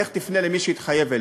לך תפנה למי שהתחייב לך,